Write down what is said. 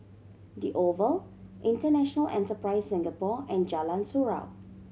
The Oval International Enterprise Singapore and Jalan Surau